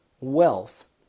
wealth